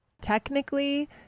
Technically